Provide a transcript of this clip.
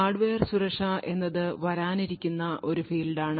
hardware സുരക്ഷ എന്നത് വരാനിരിക്കുന്ന ഒരു ഫീൽഡാണ്